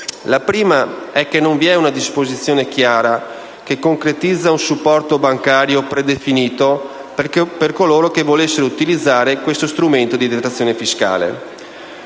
la prima è che non vi è una disposizione chiara che concretizza un supporto bancario predefinito per coloro che volessero utilizzare questo strumento di detrazione fiscale.